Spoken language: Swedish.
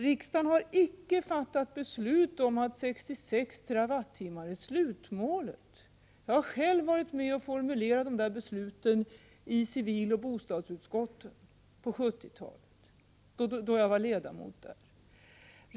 Riksdagen har icke fattat beslut om att 66 TWh är slutmålet — jag har själv varit med och formulerat besluten i civiloch bostadsutskotten på :70-talet, då jag var ledamot där.